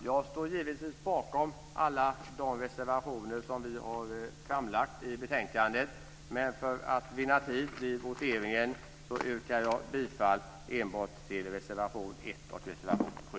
Jag står givetvis bakom alla de reservationer som vi har framlagt i betänkandet, men för att vinna tid vid voteringen yrkar jag bifall enbart till reservation 1 och reservation 7.